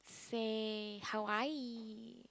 say Hawaii